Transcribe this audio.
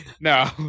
No